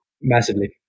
massively